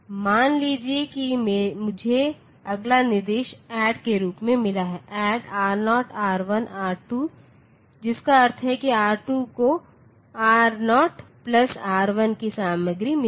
मान लीजिए कि मुझे अगला निर्देश ऐड के रूप में मिला है add R0 R1 R2 जिसका अर्थ है कि R2 को R0 प्लस R1 की सामग्री मिलेगी